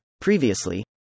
Previously